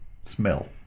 smell